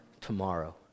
tomorrow